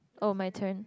oh my turn